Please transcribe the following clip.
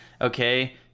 okay